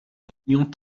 opinions